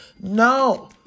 No